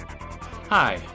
Hi